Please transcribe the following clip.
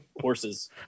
horses